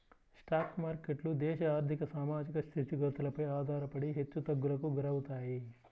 stock మార్కెట్లు దేశ ఆర్ధిక, సామాజిక స్థితిగతులపైన ఆధారపడి హెచ్చుతగ్గులకు గురవుతాయి